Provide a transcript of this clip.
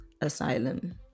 asylum